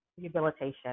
rehabilitation